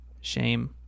Shame